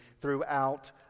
throughout